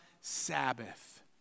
Sabbath